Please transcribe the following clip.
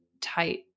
tight